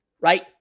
right